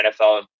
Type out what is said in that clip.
NFL